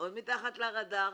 מאוד מתחת לרדאר,